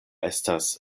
estas